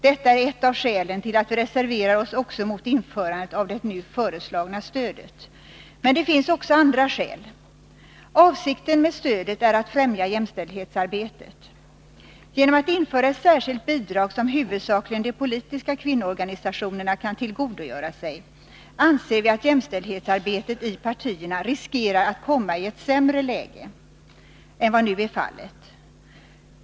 Detta är ett av skälen till att vi reserverar oss också mot införandet av det nu föreslagna stödet. Men det finns också andra skäl. Avsikten med stödet är att främja jämställdhetsarbetet. Genom att man inför ett särskilt bidrag, som huvudsakligen de politiska kvinnoorganisationerna kan tillgodogöra sig, anser vi att jämställdhetsarbetet i partierna riskerar att komma i ett sämre läge än vad som nu är fallet.